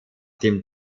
dem